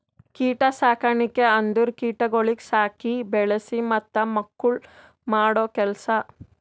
ಕೀಟ ಸಾಕಣಿಕೆ ಅಂದುರ್ ಕೀಟಗೊಳಿಗ್ ಸಾಕಿ, ಬೆಳಿಸಿ ಮತ್ತ ಮಕ್ಕುಳ್ ಮಾಡೋ ಕೆಲಸ